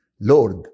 Lord